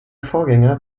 vorgänger